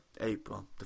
April